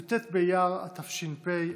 י"ט באייר התש"ף,